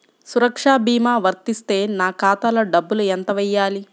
సురక్ష భీమా వర్తిస్తే నా ఖాతాలో డబ్బులు ఎంత వేయాలి?